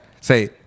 Say